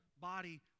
body